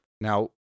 Now